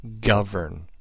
govern